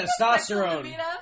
Testosterone